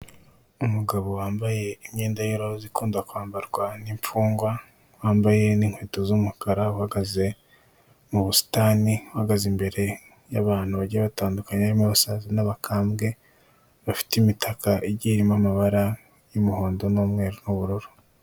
Umugabo wambaye imyenda y'iroza ikunda kwambarwa n'imfungwa, wambaye n'inkweto z'umukara, uhagaze mu busitani, uhagaze imbere y'abantu bagiye batanduanye, harimo abasaza n'abakambwe bafite imitaka y'umuhondo n'umweru n'ubururu.